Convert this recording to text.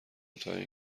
تااین